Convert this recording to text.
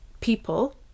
people